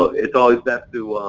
it's always best to